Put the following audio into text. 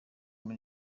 yari